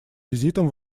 визитом